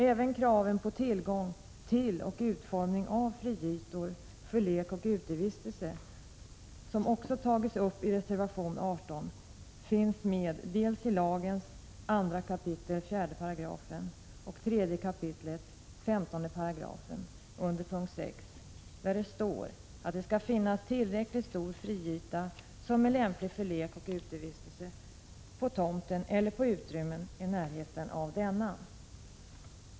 Även kraven på tillgång till och utformning av friytor för lek och utevistelse, som också tagits upp i reservation 18, finns med dels i lagens 2 kap. 4 §, dels i 3 kap. 15 § under punkt 6, där det står att det skall finnas tillräckligt stor friyta som är lämplig för lek och utevistelse på tomten eller på utrymmen i närheten av denna.